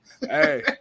Hey